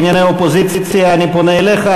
בענייני אופוזיציה אני פונה אליך.